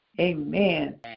Amen